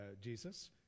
jesus